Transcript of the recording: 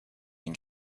been